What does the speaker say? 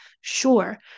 Sure